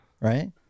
Right